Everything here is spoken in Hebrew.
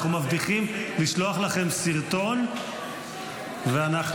אנחנו מבטיחים לשלוח לכם סרטון ואנחנו